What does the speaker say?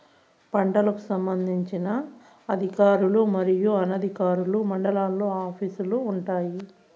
పంటలకు సంబంధించిన అధికారులు మరియు అనధికారులు మండలాల్లో ఆఫీస్ లు వుంటాయి?